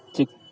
ಚಿಕ್ಕ